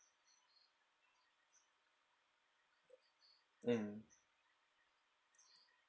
mm